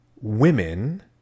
women